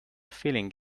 feeling